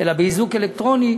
אלא באיזוק אלקטרוני,